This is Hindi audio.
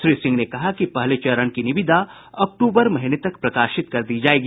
श्री सिंह ने कहा कि पहले चरण की निविदा अक्टूबर महीने तक प्रकाशित कर दी जायेगी